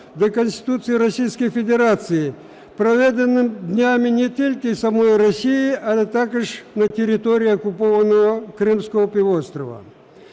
до Конституції Російської Федерації, проведений днями не тільки в самій Росії, але також на території окупованого Кримського півострова.